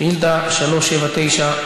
שאילתה 379,